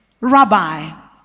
Rabbi